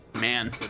man